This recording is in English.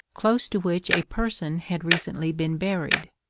close to which a person had recently been buried.